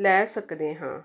ਲੈ ਸਕਦੇ ਹਾਂ